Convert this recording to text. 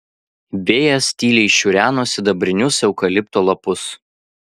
vėjas tyliai šiureno sidabrinius eukalipto lapus